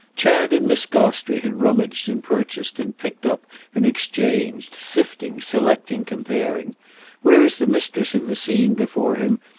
chad and miss gostrey had rummaged and purchased and picked up and exchanged, sifting, selecting, comparing whereas the mistress of the scene before him,